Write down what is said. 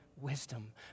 wisdom